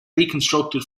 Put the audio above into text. reconstructed